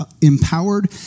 empowered